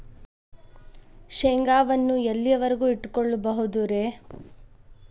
ಶೇಂಗಾವನ್ನು ಎಲ್ಲಿಯವರೆಗೂ ಇಟ್ಟು ಕೊಳ್ಳಬಹುದು ರೇ?